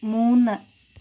മൂന്ന്